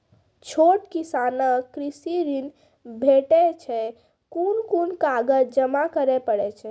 छोट किसानक कृषि ॠण भेटै छै? कून कून कागज जमा करे पड़े छै?